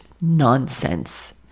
nonsense